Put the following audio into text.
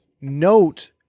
note